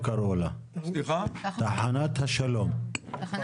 נעשה שם אזור של תחנה